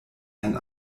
ein